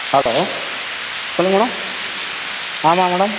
hello சொல்லுங்க madam ஆமாம் madam